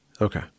Okay